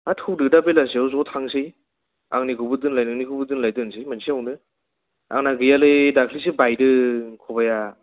हा थौदो दा बेलासेआव ज' थांसै आंनिखौबो दोनलाय नोंनिखौबो दोनलाय दोनसै मोनसेआवनो आंना गैयालै दाखलैसो बायदों खबाइआ